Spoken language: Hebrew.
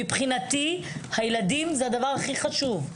מבחינתי הילדים זה הדבר הכי חשוב.